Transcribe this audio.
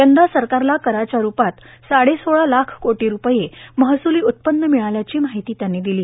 यंदा सरकारला कराच्या रूपात साडेसोळा लाख कोटी रूपये महसुली उत्पन्न मिळाल्याची माहिती त्यांनी दिली